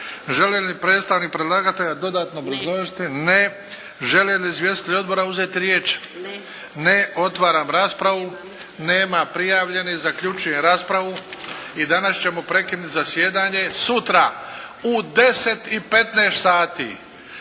Želi li predstavnik predlagatelja dodatno obrazložiti? Ne. Žele li izvjestitelji odbora uzeti riječ? Ne. Otvaram raspravu. Nema prijavljenih. Zaključujem raspravu. I danas ćemo prekinuti zasjedanje. Sutra u 10